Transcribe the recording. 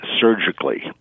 surgically